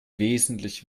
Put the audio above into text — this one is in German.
wesentlich